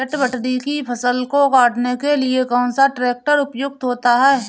चटवटरी की फसल को काटने के लिए कौन सा ट्रैक्टर उपयुक्त होता है?